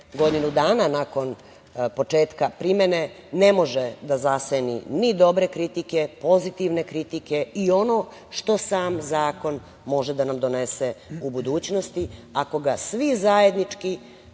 godinu dana nakon početka primene, ne može da zaseni ni dobre kritike, pozitivne kritike i ono što sam zakon može da nam donese u budućnosti ako ga svi zajednički,